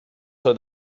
oedd